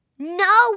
No